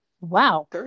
Wow